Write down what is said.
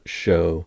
show